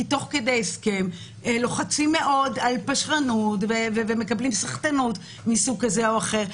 כי תוך כדי הסכם לוחצים על פשרנות ומקבלים סחטנות מסוג כזה או אחר.